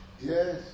Yes